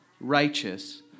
righteous